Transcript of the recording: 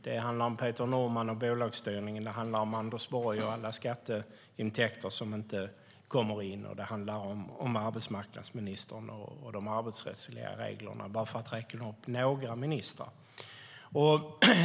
Det handlar om Peter Norman och bolagsstyrningen, det handlar om Anders Borg och alla skatteintäkter som inte kommer in och det handlar om arbetsmarknadsministern och de arbetsrättsliga reglerna - bara för att räkna upp några ministrar.